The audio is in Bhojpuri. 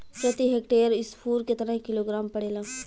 प्रति हेक्टेयर स्फूर केतना किलोग्राम पड़ेला?